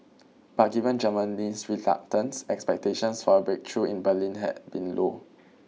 but given Germany's reluctance expectations for a breakthrough in Berlin had been low